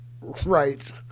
right